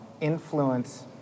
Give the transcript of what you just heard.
influence